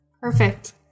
Perfect